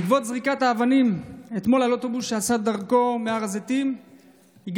בעקבות זריקת האבנים אתמול על אוטובוס שעשה דרכו מהר הזיתים הגעתי